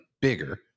bigger